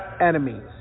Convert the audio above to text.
enemies